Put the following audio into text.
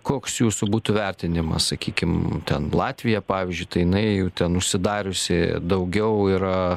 koks jūsų būtų vertinimas sakykim ten latvija pavyzdžiui tai jinai jau ten užsidariusi daugiau yra